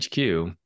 HQ